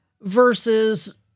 Versus